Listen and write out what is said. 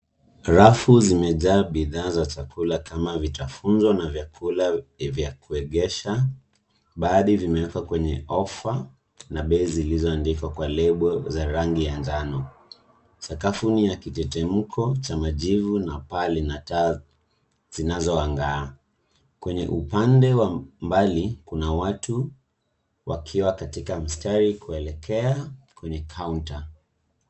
Rafu zimejaa bidhaa za chakula kama vitafuno na vyakula vya kuegesha, baadhi zimewekwa kwenye Offer na pei ziliandikwa kwa lepo za rangi ya njano, sakafuni na kina kitetemko cha majivu na paa lina taa zinazo angaa, kwenye upande wa mbali kuna watu wakiwa katika mistari kuekelea kwenye counter .